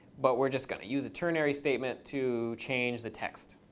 but we're just going to use a ternary statement to change the text.